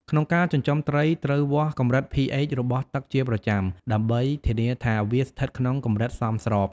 ក្នុងការចិញ្ចឹមត្រីត្រូវវាស់កម្រិត pH របស់ទឹកជាប្រចាំដើម្បីធានាថាវាស្ថិតក្នុងកម្រិតសមស្រប។